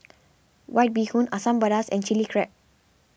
White Bee Hoon Asam Pedas and Chilli Crab